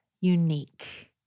unique